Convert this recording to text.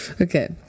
okay